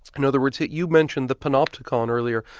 in other words, you mentioned the panopticon earlier,